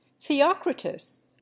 theocritus